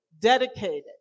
Dedicated